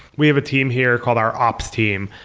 we have a team here called our ops team.